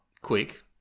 quick